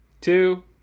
two